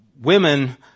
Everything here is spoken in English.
women